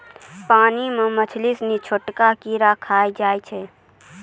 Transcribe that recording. पानी मे मछली सिनी छोटका कीड़ा खाय जाय छै